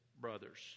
brothers